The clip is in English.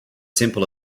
simple